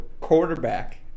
Quarterback